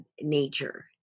nature